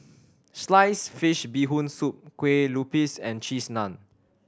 sliced fish Bee Hoon Soup kue lupis and Cheese Naan